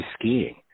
skiing